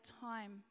time